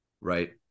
Right